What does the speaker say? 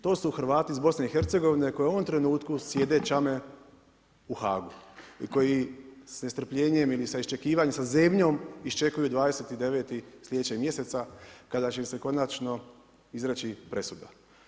To su Hrvati iz BIH koji u ovom trenutku, sjede, čame u HAG-u i koji s nestrpljenjem ili sa očekivanjem sa zemljom isčekuju 29. sljedećeg mjeseca, kada će im se konačno izreći presuda.